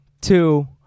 two